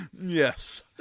Yes